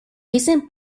recent